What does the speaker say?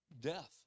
death